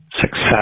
success